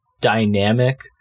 dynamic